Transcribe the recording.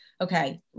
okay